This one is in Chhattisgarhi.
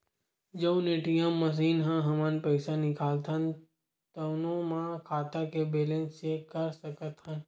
जउन ए.टी.एम मसीन म हमन पइसा निकालथन तउनो म खाता के बेलेंस चेक कर सकत हन